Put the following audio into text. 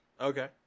Okay